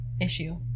issue